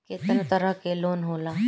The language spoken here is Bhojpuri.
केतना तरह के लोन होला?